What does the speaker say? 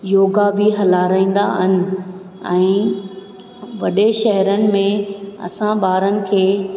योगा बि हलाराईंदा आहिनि ऐं वॾे शहरनि में असां ॿारनि खे